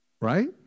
Right